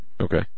Okay